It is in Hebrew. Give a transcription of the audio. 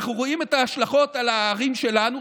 אנחנו רואים את ההשלכות על הערים שלנו,